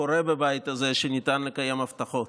קורה בבית הזה שניתן לקיים הבטחות.